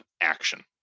action